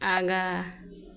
आगा